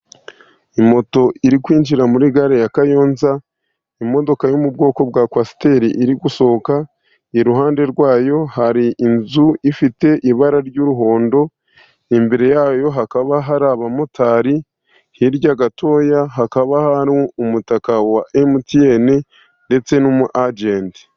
Moto iri kwinjira muri gare ya Kayonza, imodoka yo mu bwoko bwa kwasiteri iri gusohoka, iruhande rwayo hari inzu ifite ibra ry'umuhondo, imbere yayo hakaba hari abamotari, hirya gatoya hakaba hari umutaka wa MTN, ndetse n'umu ajenti.